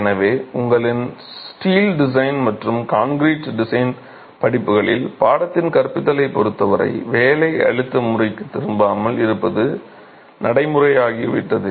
எனவே உங்களின் steel design மற்றும் கான்கிரீட் டிசைன் படிப்புகளில் பாடத்தின் கற்பித்தலைப் பொருத்தவரை வேலை அழுத்த முறைக்கு திரும்பாமல் இருப்பது நடைமுறையாகிவிட்டது